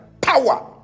power